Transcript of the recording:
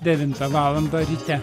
devintą valandą ryte